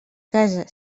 casa